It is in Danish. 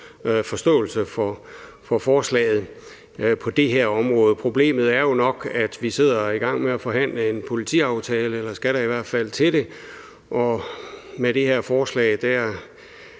forståelse for forslaget på det her område. Problemet er jo nok, at vi sidder og er i gang med at forhandle en politiaftale; eller vi skal i hvert fald i gang med det. Med det her forslag